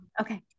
Okay